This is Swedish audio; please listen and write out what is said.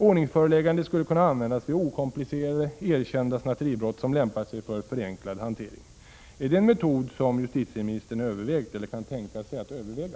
Ordningsföreläggande skulle kunna användas vid okomplicerade, erkända snatteribrott, som lämpar sig för förenklad hantering. Är det en metod som justitieministern övervägt eller kan tänka sig att överväga?